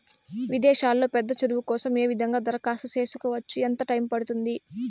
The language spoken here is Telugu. విదేశాల్లో పెద్ద చదువు కోసం ఏ విధంగా దరఖాస్తు సేసుకోవచ్చు? ఎంత టైము పడుతుంది?